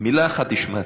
מילה אחת השמטת: